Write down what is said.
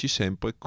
sempre